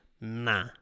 nah